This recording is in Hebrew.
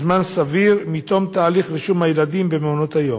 הדירוג ויסתיים בזמן סביר מתום תהליך רישום הילדים למעונות היום?